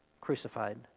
crucified